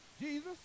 Jesus